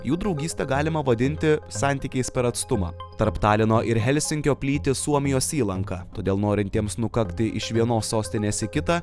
jų draugystę galima vadinti santykiais per atstumą tarp talino ir helsinkio plyti suomijos įlanka todėl norintiems nukakti iš vienos sostinės į kitą